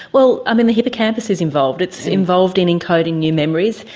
well i mean the hippocampus is involved, it's involved in encoding new memories,